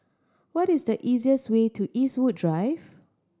what is the easiest way to Eastwood Drive